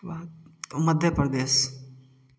Madhya Pradesh